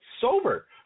sober